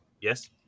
Yes